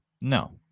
No